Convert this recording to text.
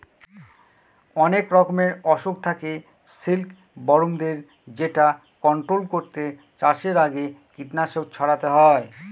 অনেক রকমের অসুখ থাকে সিল্কবরমদের যেটা কন্ট্রোল করতে চাষের আগে কীটনাশক ছড়াতে হয়